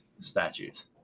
statutes